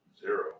Zero